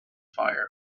fire